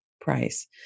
price